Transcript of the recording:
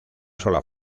sola